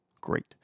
Great